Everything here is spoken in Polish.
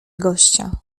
gościa